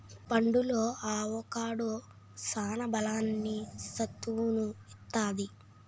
పండులో అవొకాడో సాన బలాన్ని, సత్తువును ఇత్తది